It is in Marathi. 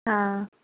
हां